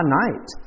night